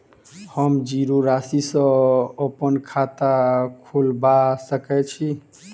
हम जीरो राशि सँ अप्पन खाता खोलबा सकै छी?